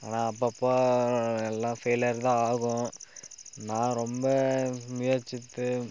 ஆனால் அப்பப்போ எல்லாம் ஃபெய்லியர் தான் ஆகும் நான் ரொம்ப முயற்சித்து